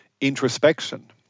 introspection